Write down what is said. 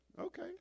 okay